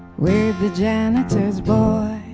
with the janitor's boy,